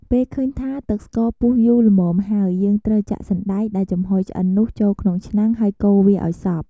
ពេលឃើញថា ទឹកស្ករពុះយូរល្មមហើយ យើងត្រូវចាក់សណ្តែកដែលចំហុយឆ្អិននោះចូលក្នុងឆ្នាំងហើយកូរវាឱ្យសព្វ។